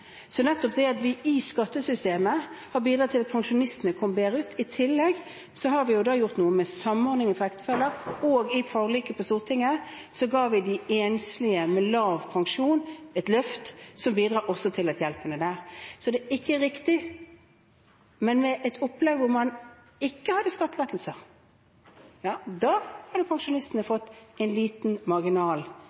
Så nettopp det vi gjorde i skattesystemet, har bidratt til at pensjonistene kom bedre ut. I tillegg har vi gjort noe med samordningen for ektefeller, og i forliket på Stortinget ga vi de enslige med lav pensjon et løft, som bidrar også til å hjelpe dem. Så dette er ikke riktig. Med et opplegg hvor man ikke hadde skattelettelser, hadde pensjonistene fått en liten, marginal,